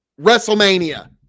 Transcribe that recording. WrestleMania